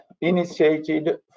initiated